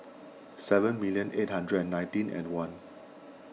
seven million eight hundred and nineteen and one